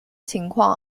情况